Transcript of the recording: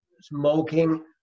smoking